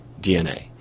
DNA